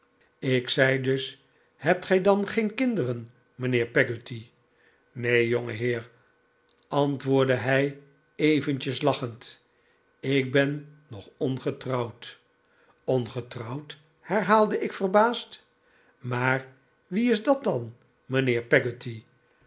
ik zei dus hebt gij dan geen kinderen mijnheer peggotty neei jongeheer antwoordde hij eventjes lachend ik ben nog ongetrouwd ongetrouwd herhaalde ik verbaasd maar wie is dat dan